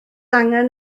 angen